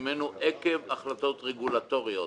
עקב החלטות רגולטוריות.